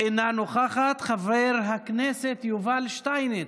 אינה נוכחת, חבר הכנסת יובל שטייניץ,